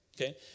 Okay